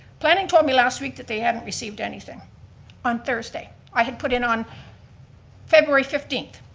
planning told me last week that they hadn't received anything on thursday. i had put in on february fifteenth,